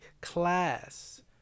class